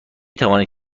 توانید